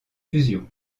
fusion